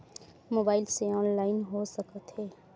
Mobile से online हो सकत हे?